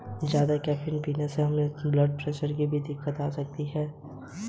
दालचीनी जीनस सिनामोमम से कई पेड़ प्रजातियों की आंतरिक छाल से प्राप्त एक मसाला है